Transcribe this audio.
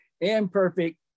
Imperfect